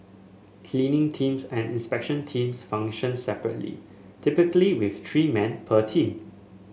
cleaning teams and inspection teams function separately typically with three men per team